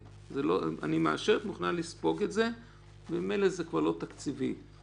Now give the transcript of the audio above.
אם אני מחר ארצה להגדיל את קצבאות הזקנה וזה יעלה חצי מיליארד שקל,